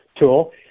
tool